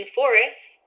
forests